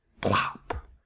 plop